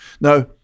Now